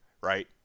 right